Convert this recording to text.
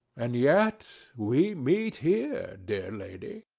and yet we meet here, dear lady.